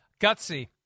Gutsy